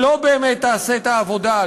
שלא באמת תעשה את העבודה,